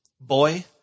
Boy